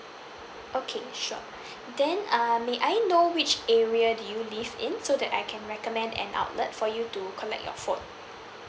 okay sure then uh may I know which area do you live in so that I can recommend an outlet for you to collect your phone